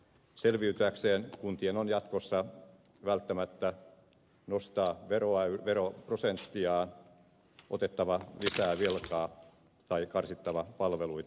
selviytyäkseen kuntien on jatkossa välttämättä nostettava veroprosenttiaan otettava lisää velkaa tai karsittava palveluita